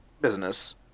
business